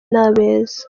n’abeza